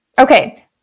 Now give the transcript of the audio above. Okay